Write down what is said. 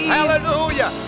Hallelujah